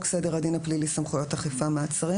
סדר הדין הפלילי (סמכויות אכיפה מעצרים),